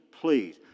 please